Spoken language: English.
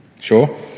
Sure